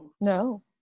No